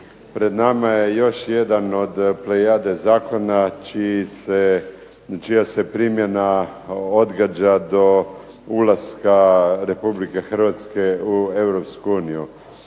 Pred nama je još jedan od plejade zakona čija se primjena odgađa do ulaska RH u EU.